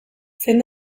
zein